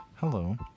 Hello